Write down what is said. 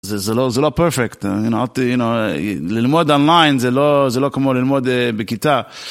זה לא פרפקט, ללמוד אונליין זה לא כמו ללמוד בכיתה